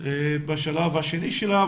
בשלב השני שלה,